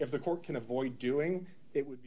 if the court can avoid doing it would